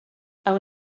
awn